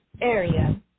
area